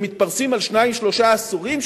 שמתפרסים על שניים שלושה עשורים,